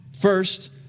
First